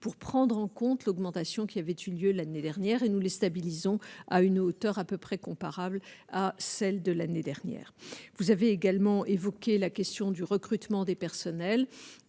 pour prendre en compte l'augmentation qui avait eu lieu l'année dernière et nous les stabilisant à une hauteur à peu près comparables à celles de l'année dernière, vous avez également évoqué la question du recrutement des personnels,